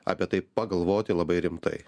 apie tai pagalvoti labai rimtai